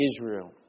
Israel